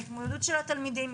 ההתמודדות של התלמידים,